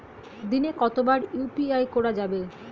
দিনে কতবার ইউ.পি.আই করা যাবে?